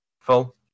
full